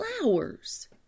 flowers